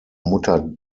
mutter